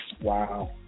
Wow